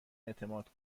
اعتماد